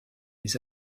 les